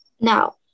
Now